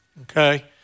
okay